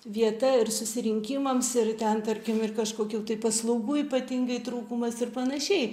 vieta ir susirinkimams ir ten tarkim ir kažkokių paslaugų ypatingai trūkumas ir panašiai